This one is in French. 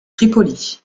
tripoli